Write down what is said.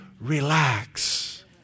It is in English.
relax